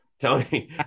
Tony